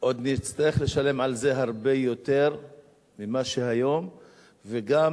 עוד נצטרך לשלם על זה הרבה יותר ממה שהיום וגם